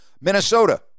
Minnesota